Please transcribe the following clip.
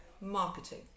Marketing